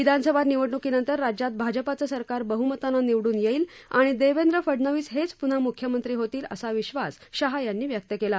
विधानसभा निवडण्कीनंतर राज्यात भाजपाचं सरकार बहुमतानं निवडून येईल आणि देवेंद्र फडनवीस हेच प्न्हा म्ख्यमंत्री होतील असा विश्वास शहा यांनी व्यक्त केला